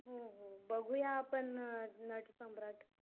हो हो बघू या आपण नटसम्राट